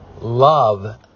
love